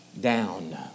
down